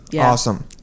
Awesome